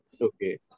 Okay